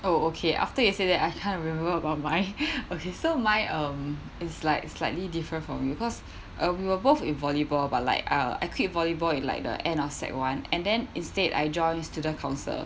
oh okay after yesterday I can't remember about my okay so my um it's like slightly different from you because uh we were both in volleyball but like uh I quit volleyball in like the end of sec one and then instead I joined student council